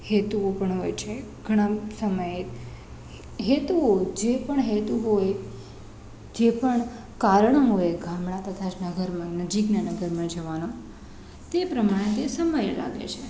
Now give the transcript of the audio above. હેતુઓ પણ હોય છે ઘણા સમયે હેતુઓ જે પણ હેતુ હોય જે પણ કારણ હોય ગામડા તથા જ નગરમાં નજીકનાં નગરમાં જવાંનો તે પ્રમાણે તે સમયે લાગે છે